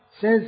says